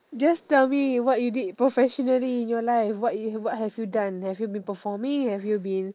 just tell me what you did professionally in your life what you have what have you done have you been performing have you been